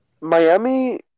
Miami